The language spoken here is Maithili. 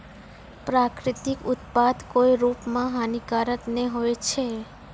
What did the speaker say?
प्राकृतिक उत्पाद कोय रूप म हानिकारक नै होय छै